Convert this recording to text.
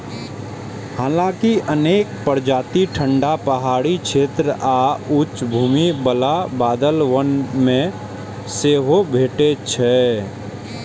हालांकि अनेक प्रजाति ठंढा पहाड़ी क्षेत्र आ उच्च भूमि बला बादल वन मे सेहो भेटै छै